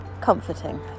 comforting